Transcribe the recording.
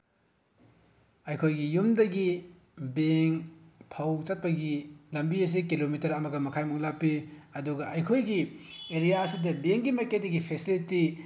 ꯑꯩꯈꯣꯏꯒꯤ ꯌꯨꯝꯗꯒꯤ ꯕꯦꯡꯛ ꯐꯥꯎ ꯆꯠꯄꯒꯤ ꯂꯝꯕꯤ ꯑꯁꯤ ꯀꯤꯂꯣꯃꯤꯇꯔ ꯑꯃꯒ ꯃꯈꯥꯏꯃꯨꯛ ꯂꯥꯞꯄꯤ ꯑꯗꯨꯒ ꯑꯩꯈꯣꯏꯒꯤ ꯑꯦꯔꯤꯌꯥ ꯑꯁꯤꯗ ꯕꯦꯡꯛꯀꯤ ꯃꯥꯏꯀꯩꯗꯒꯤ ꯐꯦꯁꯤꯂꯤꯇꯤ